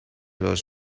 los